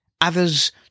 Others